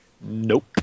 nope